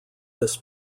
this